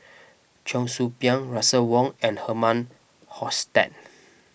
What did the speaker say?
Cheong Soo Pieng Russel Wong and Herman Hochstadt